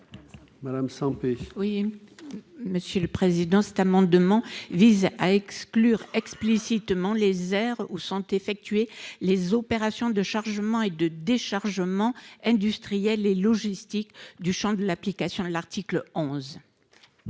madame Sempé. Oui, monsieur le président, cet amendement vise à exclure explicitement les aires où sont effectuées les opérations de chargement et de déchargement industriel et logistique du Champ de l'application de l'article